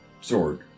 sword